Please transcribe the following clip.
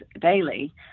daily